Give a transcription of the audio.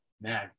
Man